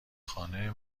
خانه